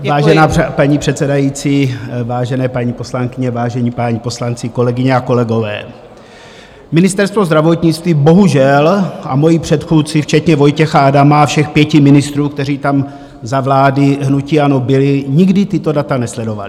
Vážená paní předsedající, vážené paní poslankyně, vážení páni poslanci, kolegyně a kolegové, Ministerstvo zdravotnictví bohužel, a moji předchůdci včetně Vojtěcha Adama a všech pěti ministrů, kteří tam za vlády hnutí ANO byli, nikdy tato data nesledovali.